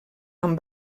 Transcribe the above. amb